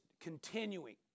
continuing